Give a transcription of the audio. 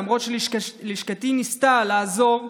למרות שלשכתי ניסתה לעזור,